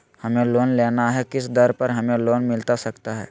हमें लोन लेना है किस दर पर हमें लोन मिलता सकता है?